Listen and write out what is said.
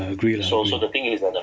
ya I agree lah agree